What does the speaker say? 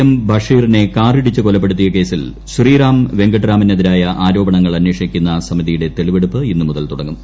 എട്ടീബ്ഷീറിനെ കാറിടിച്ച് കൊലപ്പെടുത്തിയ കേസിൽ ശ്രീറാം വെങ്കിട്ടരാമ്ഉന്നതിരായ ആരോപണങ്ങൾ അന്വേഷിക്കുന്ന സമിതിയുടെ തെളിവെടുപ്പ് ഇന്നു മുതൽ തുടങ്ങും